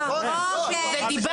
אתה מדבר